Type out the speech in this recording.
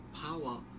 Power